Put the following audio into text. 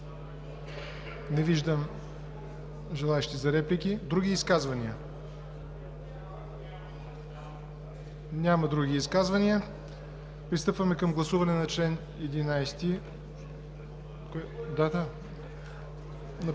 Не виждам желаещи за реплики. Други изказвания? Няма други изказвания. Пристъпваме към гласуване на чл. 11.